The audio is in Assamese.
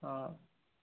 অঁ